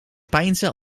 peinzen